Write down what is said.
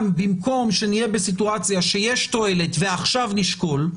במקום שנהיה בסיטואציה שיש תועלת ועכשיו נשקול,